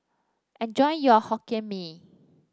enjoy your Hokkien Mee